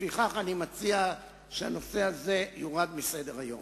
לפיכך אני מציע שהנושא הזה ירד מסדר-היום.